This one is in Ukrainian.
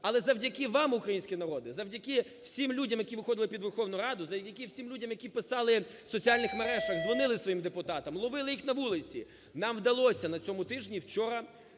Але завдяки вам, український народе, завдяки всім людям, які виходили під Верховну Раду, завдяки всім людям, які писали в соціальних мережах, дзвонили своїм депутатам, ловили їх на вулиці нам вдалося на цьому тижні вчора